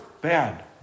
bad